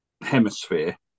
hemisphere